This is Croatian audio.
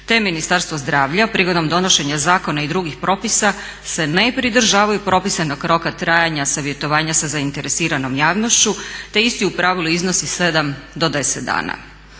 te Ministarstvo zdravlja prigodom donošenja zakona i drugih propisa se ne pridržavaju propisanog roka trajanja savjetovanja sa zainteresiranom javnošću te isti u pravilu iznosi 7 do 10 dana.